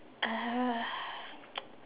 uh